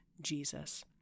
Jesus